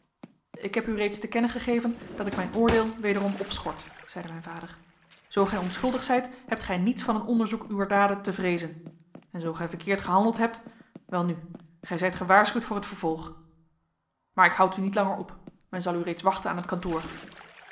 ik heb u reeds te kennen gegeven dat ik mijn oordeel wederom opschort zeide mijn vader zoo gij onschuldig zijt hebt gij niets van een onderzoek uwer daden te vreezen en zoo gij verkeerd gehandeld hebt welnu gij zijt gewaarschuwd voor het vervolg maar ik houd u niet langer op men zal u reeds wachten aan het kantoor